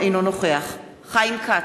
אינו נוכח חיים כץ,